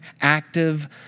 active